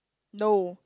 no